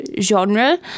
genre